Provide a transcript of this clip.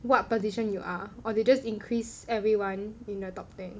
what position you are or they just increase everyone in the top ten